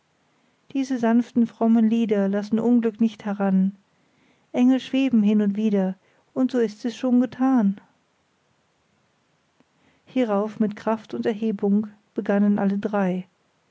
diese sanften frommen lieder lassen unglück nicht heran engel schweben hin und wider und so ist es schon getan hierauf mit kraft und erhebung begannen alle drei